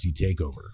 takeover